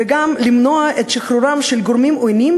וגם למנוע את שחרורם של גורמים עוינים